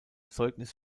zeugnis